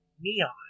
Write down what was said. neon